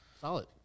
Solid